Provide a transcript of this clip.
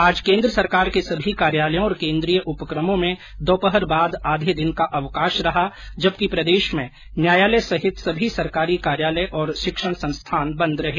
आज केन्द्र सरकार के सभी कार्यालयों और केन्द्रीय उपकमों में दोपहर बाद आधे दिन का अवकाश रहा जबकि प्रदेश में न्यायालय सहित सभी सरकारी कार्यालय तथा शिक्षण संस्थान बंद रहें